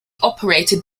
operated